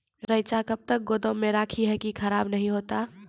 रईचा कब तक गोदाम मे रखी है की खराब नहीं होता?